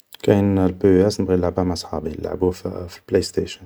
كاين البيواس نبغي نلعبه مع صحابي, نلعبه في البلايستيشن